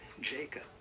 Jacob